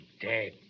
dead